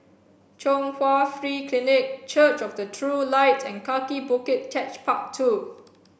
Chung Hwa Free Clinic Church of the True Light and Kaki Bukit Techpark Two